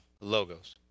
logos